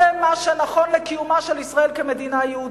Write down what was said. זה מה שנכון לקיומה של ישראל כמדינה יהודית,